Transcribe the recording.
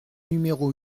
numéro